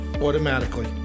automatically